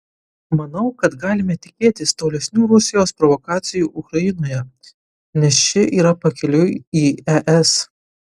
manau kad galime tikėtis tolesnių rusijos provokacijų ukrainoje nes ši yra pakeliui į es